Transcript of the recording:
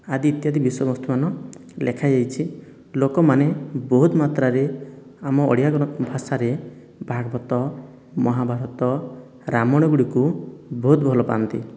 ଆଦି ଇତ୍ୟାଦି ବିଷୟ ବସ୍ତୁମାନ ଲେଖାଯାଇଛି ଲୋକମାନେ ବହୁତ ମାତ୍ରାରେ ଆମ ଓଡ଼ିଆ ଭାଷାରେ ଭାଗବତ ମହାଭାରତ ରାମାୟଣଗୁଡ଼ିକୁ ବହୁତ ଭଲପାଆନ୍ତି